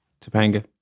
Topanga